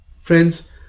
friends